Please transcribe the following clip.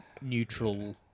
Neutral